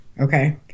Okay